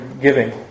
giving